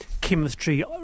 chemistry